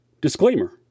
Disclaimer